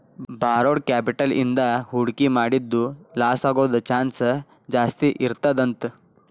borrowed capital ಇಂದಾ ಹೂಡ್ಕಿ ಮಾಡಿದ್ದು ಲಾಸಾಗೊದ್ ಚಾನ್ಸ್ ಜಾಸ್ತೇಇರ್ತದಂತ